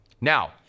Now